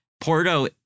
Porto